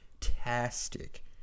fantastic